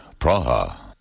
Praha